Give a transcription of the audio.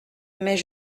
mais